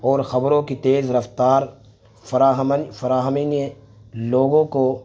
اور خبروں کی تیز رفتار فراہمی نے لوگوں کو